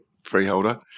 freeholder